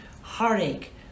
heartache